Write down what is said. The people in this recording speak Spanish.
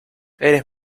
eres